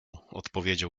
odpowiedział